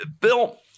Bill